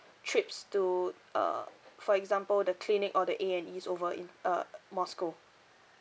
trips to uh for example the clinic or the A&E over in uh moscow